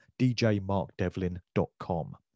djmarkdevlin.com